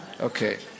Okay